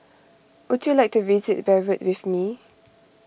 would you like to visit Beirut with me